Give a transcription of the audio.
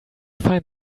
find